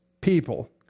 people